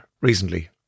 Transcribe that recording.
recently